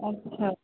अच्छा